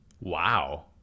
Wow